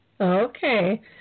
Okay